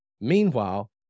Meanwhile